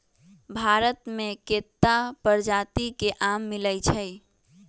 भारत मे केत्ता परजाति के आम मिलई छई